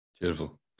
Beautiful